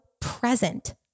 present